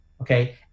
Okay